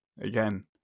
again